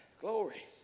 Glory